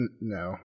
No